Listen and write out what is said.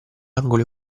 angoli